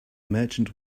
merchant